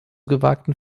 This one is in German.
gewagten